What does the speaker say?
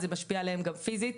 זה משפיע עליהם גם פיזית.